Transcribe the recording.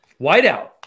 Whiteout